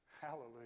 Hallelujah